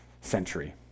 century